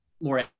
more